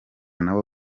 nabo